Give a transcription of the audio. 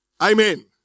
Amen